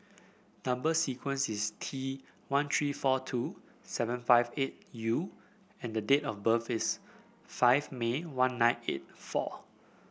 number sequence is T one three four two seven five eight U and the date of birth is five May one nine eight four